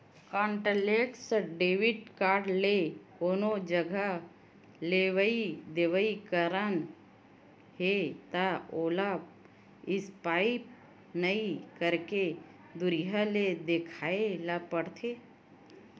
contactless debit card ले कोनो जघा लेवइ देवइ करना हे त ओला स्पाइप नइ करके दुरिहा ले देखाए ल परथे